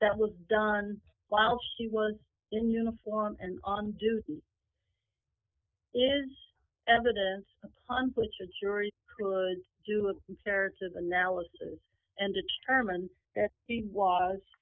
that was done while she was in uniform and on duty is evidence upon which a jury could do a search of analysis and determine that she was